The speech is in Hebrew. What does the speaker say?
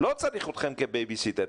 לא צריך אתכם כבייביסיטר.